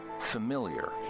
familiar